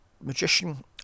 magician